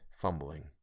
fumbling